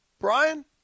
Brian